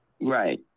right